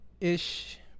ish